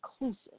inclusive